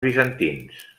bizantins